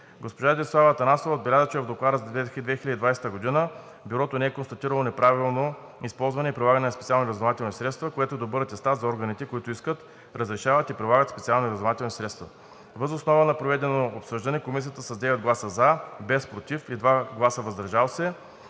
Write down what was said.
Госпожа Десислава Атанасова отбеляза, че в Доклада за 2020 г. Бюрото не е констатирало неправилно използване и прилагане на специални разузнавателни средства, което е добър атестат за органите, които искат, разрешават и прилагат специални разузнавателни средства. Въз основа на проведеното обсъждане Комисията с 9 гласа „за“, без „против“ и 2 гласа „въздържал се“